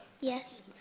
Yes